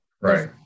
right